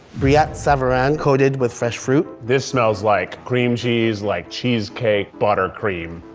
brillat savarin coated with fresh fruit. this smells like cream cheese, like cheesecake buttercream.